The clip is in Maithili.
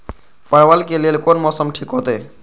परवल के लेल कोन मौसम ठीक होते?